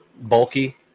bulky